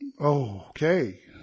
Okay